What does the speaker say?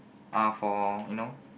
are for you know